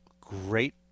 great